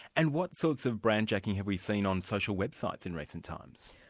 and what sorts of brandjacking have we seen on social websites in recent times?